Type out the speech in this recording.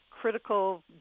critical